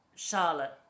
Charlotte